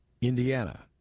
Indiana